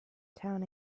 town